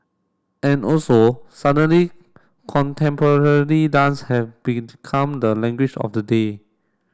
and also suddenly contemporary dance have become the language of the day